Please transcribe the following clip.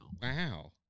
Wow